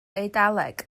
eidaleg